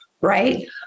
right